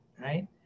right